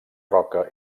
roca